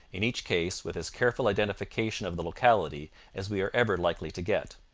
in each case with as careful identification of the locality as we are ever likely to get.